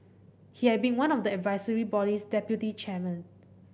he had been one of the advisory body's deputy chairmen